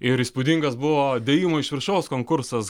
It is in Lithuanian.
ir įspūdingas buvo dėjimų iš viršaus konkursas